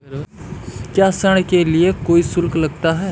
क्या ऋण के लिए कोई शुल्क लगता है?